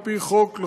על פי חוק,